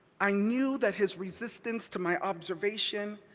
i knew that his resistance to my observation,